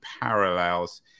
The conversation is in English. parallels